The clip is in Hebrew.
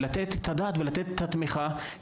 צריך לתת עליהם את הדעת ולתת להם את התמיכה.